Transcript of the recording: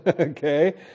Okay